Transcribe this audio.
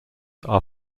are